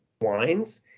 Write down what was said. wines